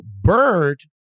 Bird